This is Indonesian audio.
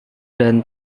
dan